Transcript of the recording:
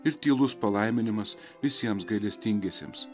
ir tylus palaiminimas visiems gailestingiesiems